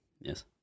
Yes